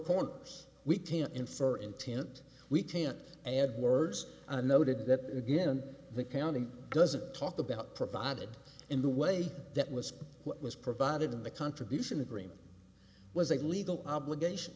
corners we didn't infer intent we can't add words noted that again the county doesn't talk about provided in the way that was what was provided in the contribution agreement was a legal obligation